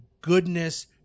goodness